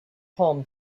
palm